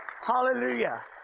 Hallelujah